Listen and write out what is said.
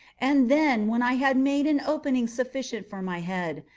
and then, when i had made an opening sufficient for my head,